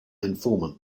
informant